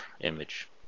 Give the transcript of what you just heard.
image